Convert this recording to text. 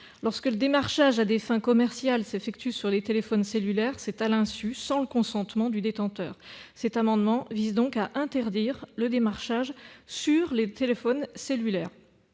Lorsque le démarchage à des fins commerciales s'effectue sur des téléphones cellulaires, c'est à l'insu et sans le consentement de leurs détenteurs. Cet amendement vise donc à interdire le démarchage sur les téléphones cellulaires.